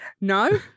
No